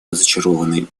разочарованы